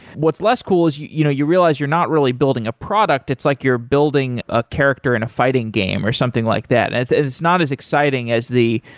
what's less cool is you you know you realize you're not really building a product, it's like, you're building a character in a fighting game or something like that. and it's not as exciting as the,